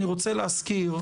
אני רוצה להזכיר,